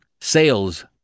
Sales